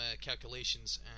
calculations